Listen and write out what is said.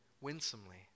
winsomely